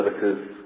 services